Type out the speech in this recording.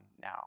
now